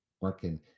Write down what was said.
working